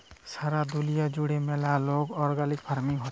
সারা দুলিয়া জুড়ে ম্যালা রোক অর্গ্যালিক ফার্মিং হচ্যে